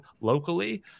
locally